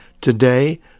today